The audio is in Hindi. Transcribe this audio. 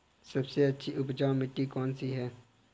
सबसे अच्छी उपजाऊ मिट्टी कौन सी है?